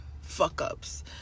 fuck-ups